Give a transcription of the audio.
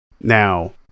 Now